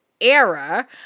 era